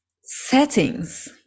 settings